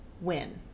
win